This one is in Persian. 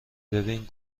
ببین